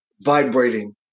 vibrating